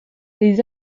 les